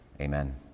Amen